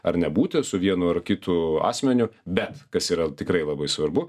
ar nebūti su vienu ar kitu asmeniu bet kas yra tikrai labai svarbu